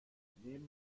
neben